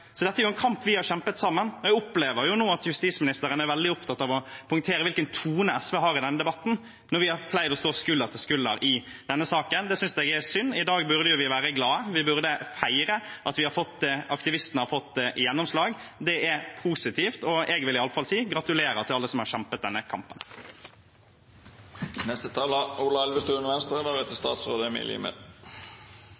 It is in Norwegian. Så dette er en kamp vi har kjempet sammen. Men jeg opplever nå at justisministeren er veldig opptatt av å poengtere hvilken tone SV har i denne debatten, når vi har pleid å stå skulder til skulder i denne saken. Det synes jeg er synd. I dag burde vi være glade, vi burde feire at aktivistene har fått gjennomslag. Det er positivt, og jeg vil iallfall si gratulerer til alle som har kjempet denne kampen. Jeg skal heller ikke si så mye, men jeg synes dette er en viktig sak for Bredtvet. Og